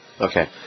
Okay